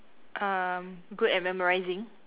um good at memorising